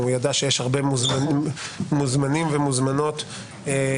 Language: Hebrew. הוא ידע שיש הרבה מוזמנים ומוזמנות שהגיעו,